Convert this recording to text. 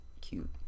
Cute